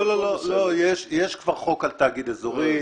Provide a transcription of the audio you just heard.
לא, יש כבר חוק על תאגיד אזורי.